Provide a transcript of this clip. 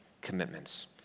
commitments